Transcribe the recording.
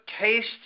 tasty